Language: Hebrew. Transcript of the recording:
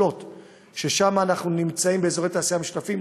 שבהם אנחנו נמצאים באזורי תעשייה משותפים,